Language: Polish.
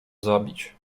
zabić